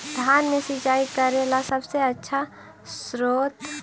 धान मे सिंचाई करे ला सबसे आछा स्त्रोत्र?